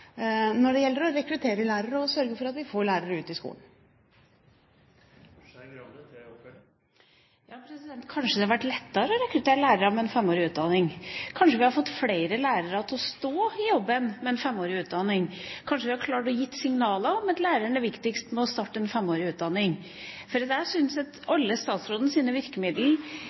når det gjelder å rekruttere lærere og sørge for at vi får lærere ut i skolen. Kanskje det hadde vært lettere å rekruttere lærere med en femårig utdanning? Kanskje vi hadde fått flere lærere til å stå i jobben med en femårig utdanning? Kanskje vi hadde klart å gi signaler om at læreren er viktigst, ved å starte en femårig utdanning? Jeg syns at alle statsrådens virkemidler egentlig ikke handler om at